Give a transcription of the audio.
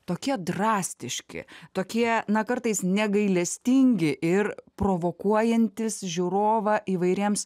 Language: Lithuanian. tokie drastiški tokie na kartais negailestingi ir provokuojantys žiūrovą įvairiems